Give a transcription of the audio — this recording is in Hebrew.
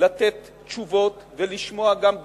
לתת תשובות ולשמוע גם ביקורת.